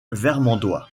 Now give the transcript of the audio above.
vermandois